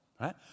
right